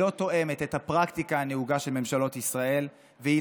היא לא תואמת את הפרקטיקה הנהוגה של ממשלות ישראל והיא